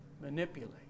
manipulate